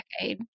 decade